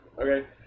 Okay